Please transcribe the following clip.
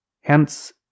Hence